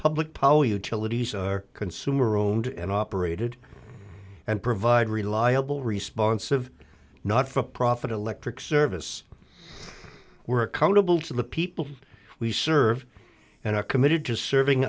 public policy utilities are consumer owned and operated and provide reliable response of not for profit electric service we're accountable to the people we serve and are committed to serving